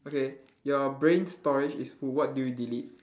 okay your brain storage is full what do you delete